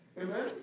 Amen